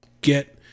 get